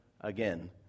again